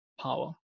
power